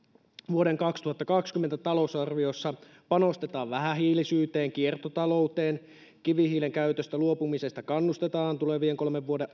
vuoden kaksituhattakaksikymmentä talousarviossa panostetaan vähähiilisyyteen ja kiertotalouteen kivihiilen käytöstä luopumiseen kannustetaan tulevien kolmen vuoden